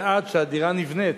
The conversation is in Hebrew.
ועד שהדירה נבנית,